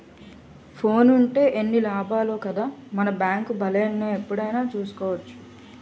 ఫోనుంటే ఎన్ని లాభాలో కదా మన బేంకు బాలెస్ను ఎప్పుడైనా చూసుకోవచ్చును